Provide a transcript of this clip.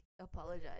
apologize